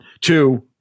Two